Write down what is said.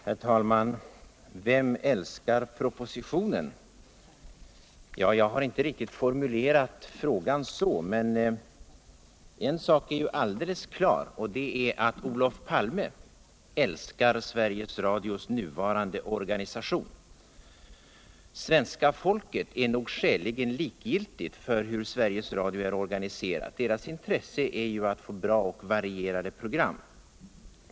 Herr talman! Vem älskar propositionen? Ja, jag har inte riktigt formulerat frågan så, men en sak är alldeles klar och det är att Olof Palme älskar Sveriges Radios nuvarande organisation. Svenska folket är nog skäligen likgiltigt för hur Sveriges Radio är organiserat. Dess intresse är att få bra och varierade program.